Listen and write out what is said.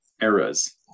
eras